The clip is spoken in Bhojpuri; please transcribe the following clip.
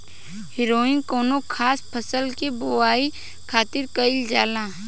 हैरोइन कौनो खास फसल के बोआई खातिर कईल जाला